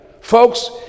folks